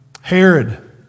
Herod